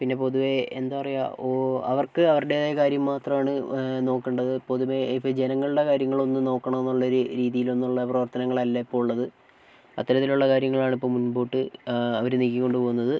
പിന്നെ പൊതുവെ എന്താ പറയുക ഓ അവർക്ക് അവരുടേതായ കാര്യം മാത്രമാണ് നോക്കേണ്ടത് പൊതുവെ ഇപ്പോൾ ജനങ്ങളുടെ കാര്യങ്ങളൊന്നും നോക്കണമെന്നുള്ളൊരു രീതിയിലൊന്നുമുള്ള പ്രവർത്തനങ്ങളല്ല ഇപ്പോൾ ഉള്ളത് അത്തരത്തിലുള്ള കാര്യങ്ങളാണ് ഇപ്പോൾ മുൻപോട്ട് അവർ നീക്കിക്കൊണ്ടുപോകുന്നത്